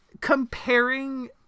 comparing